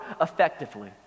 effectively